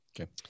Okay